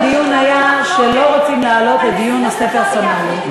הדיון היה שלא רוצים להעלות לדיון נושא פרסונלי.